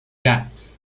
gats